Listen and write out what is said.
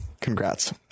Congrats